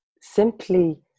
simply